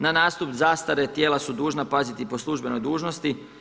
Na nastup zastare tijela su dužna paziti po službenoj dužnosti.